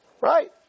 Right